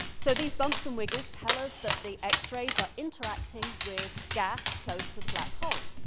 so these bumps and wiggles tell us that the x-rays are interacting with gas close to the black hole.